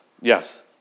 Yes